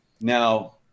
Now